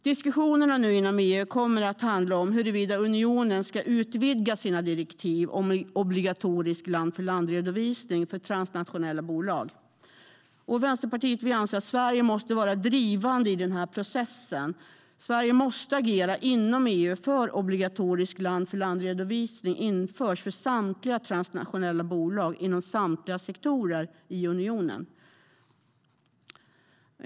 Diskussionerna inom EU kommer att handla om huruvida unionen ska utvidga sina direktiv om obligatorisk land-för-land-redovisning för transnationella bolag. Vänsterpartiet anser att Sverige måste vara drivande i processen. Sverige måste agera inom EU för att obligatorisk land-för-land-redovisning införs för samtliga transnationella bolag inom samtliga sektorer i unionen.